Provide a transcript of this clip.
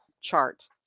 chart